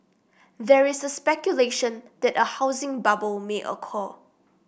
there is speculation that a housing bubble may occur